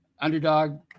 underdog